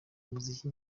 muziki